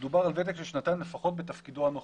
דובר על ותק של שנתיים לפחות בתפקידו הנוכחי.